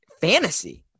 fantasy